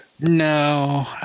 no